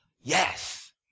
yes